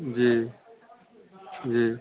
जी जी